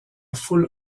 foule